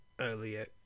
earlier